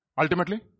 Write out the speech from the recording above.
Ultimately